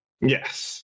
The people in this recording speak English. Yes